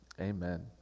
Amen